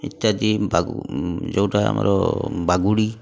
ଇତ୍ୟାଦି ବାଗୁ ଯେଉଁଟା ଆମର ବାଗୁଡ଼ି